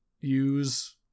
use